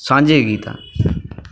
ਸਾਂਝੇ ਗੀਤ ਹਨ